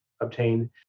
obtain